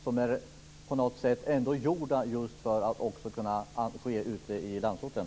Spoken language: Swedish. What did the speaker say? Detta är ändå på något sätt gjort för att också kunna användas ute i landsorten.